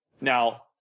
Now